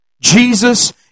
Jesus